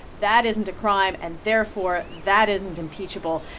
that isn't a crime. and therefore, that isn't impeachable.